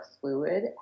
fluid